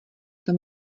tam